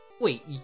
Wait